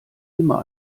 immer